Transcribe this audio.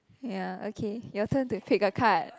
ya okay your turn to flip the card